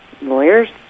lawyers